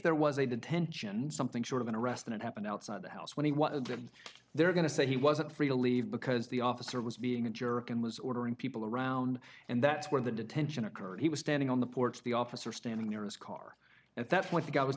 there was a detention something short of an arrest then it happened outside the house when he was there going to say he wasn't free to leave because the officer was being a jerk and was ordering people around and that's where the detention occurred he was standing on the porch the officer standing near his car if that's what the guy was